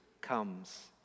comes